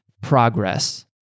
progress